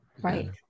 right